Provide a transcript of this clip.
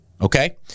okay